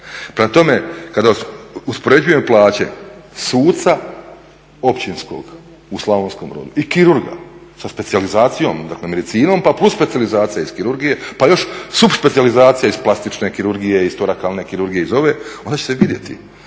Prema tome, kada uspoređujemo plaće suca općinskog u Slavonskom Brodu i kirurga sa specijalizacijom, dakle medicinom pa … specijalizacija iz kirurgije pa još subspecijalizacija iz plastične kirurgije iz torakalne kirurgije iz ove onda ćete vidjeti